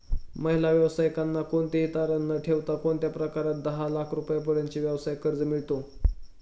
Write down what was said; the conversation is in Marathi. महिला व्यावसायिकांना कोणतेही तारण न ठेवता कोणत्या प्रकारात दहा लाख रुपयांपर्यंतचे व्यवसाय कर्ज मिळतो?